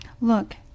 Look